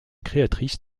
créatrice